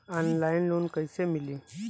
Online loan कइसे मिली?